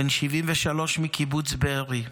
בן 73, מקיבוץ בארי.